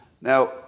Now